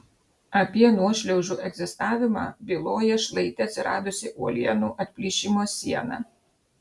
apie nuošliaužų egzistavimą byloja šlaite atsiradusi uolienų atplyšimo siena